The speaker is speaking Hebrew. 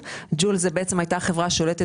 ואז החברה שהייתה בישראל הייתה חברת ג'ול.